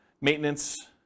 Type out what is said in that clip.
maintenance